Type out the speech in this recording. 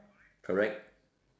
correct